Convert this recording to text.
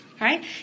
Right